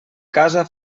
casa